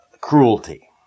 cruelty